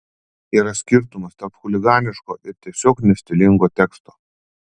yra skirtumas tarp chuliganiško ir tiesiog nestilingo teksto